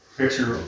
picture